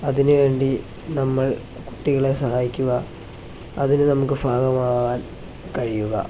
അതിനുവേണ്ടി നമ്മൾ കുട്ടികളെ സഹായിക്കുക അതിന് നമുക്ക് ഭാഗമാവാൻ കഴിയുക